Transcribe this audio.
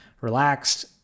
relaxed